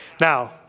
Now